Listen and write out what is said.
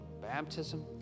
baptism